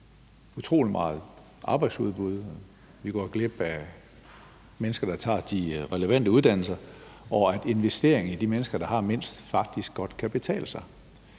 glip af utrolig meget arbejdsudbud, at vi går glip af mennesker, der tager de relevante uddannelser, og at investering i de mennesker, der har mindst, faktisk godt kan betale sig?